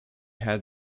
had